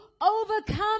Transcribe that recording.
overcome